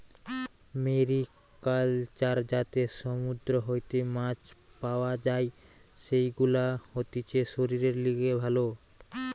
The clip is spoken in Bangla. মেরিকালচার যাতে সমুদ্র হইতে মাছ পাওয়া যাই, সেগুলা হতিছে শরীরের লিগে ভালো